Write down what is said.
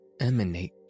emanate